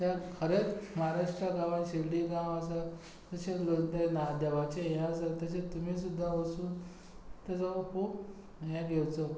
खरेंच महाराष्ट्रा गांवांन शिरडी गांव आसा तशेंच कोण तें देवाचें हें आसा तशें तुमी सुद्दां वसून ताजो खूब हें घेवचो